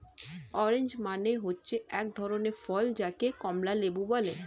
orange মানে হচ্ছে এক ধরনের ফল যাকে কমলা লেবু বলে